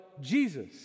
Jesus